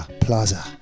Plaza